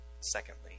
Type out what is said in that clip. secondly